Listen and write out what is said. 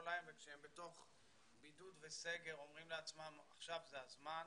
להם וכשהם בידוד וסגר אומרים לעצמם שעכשיו זה הזמן,